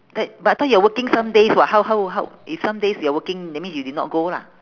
eh but I thought you are working some days [what] how how how if some days you are working that means you did not go lah